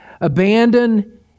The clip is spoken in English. Abandon